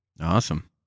Awesome